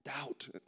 doubt